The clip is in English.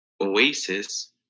oasis